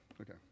Okay